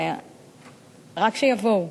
רק שיבואו.